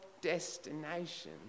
destination